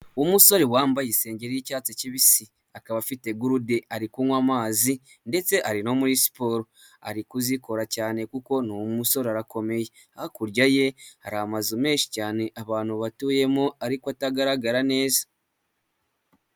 Umusore wambaye isenge y'icyatsi kibisi, akaba afite gurudu ari kunywa amazi, ndetse ari no muri siporo ari kuzikora cyane, kuko ni umusore arakomeye hakurya ye hari amazu menshi cyane, abantu batuyemo ariko atagaragara neza.